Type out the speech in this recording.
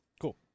Cool